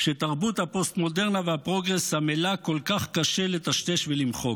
שתרבות הפוסט-מודרנה והפרוגרס עמלה כל כך קשה לטשטש ולמחוק.